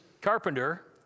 carpenter